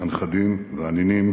הנכדים והנינים